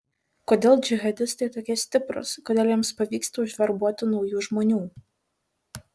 kodėl džihadistai tokie stiprūs kodėl jiems pavyksta užverbuoti naujų žmonių